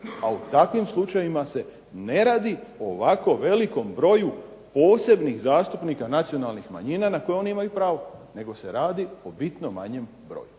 a u takvim slučajevima se ne radi o ovako velikom broju posebnih zastupnika nacionalnih manjina ne koje oni imaju pravo, nego se radi o bitno manjem broju.